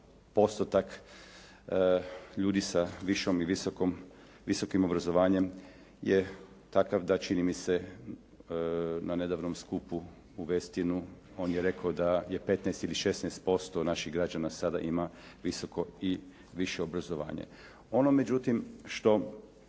postotak ljudi sa višom i visokom, visokim obrazovanjem je takav da čini mi se na nedavnom skupu u Westinu on je rekao da je 15 ili 16% naših građana sada ima visoko i više obrazovanje. Ono međutim što